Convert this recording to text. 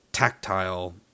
tactile